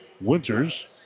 Winters